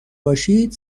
باشید